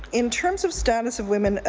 in terms of status of women,